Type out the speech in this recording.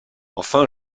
enfin